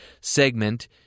segment